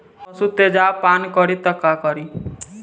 पशु तेजाब पान करी त का करी?